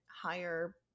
higher